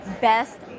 best